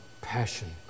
passion